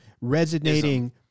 resonating